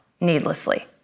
needlessly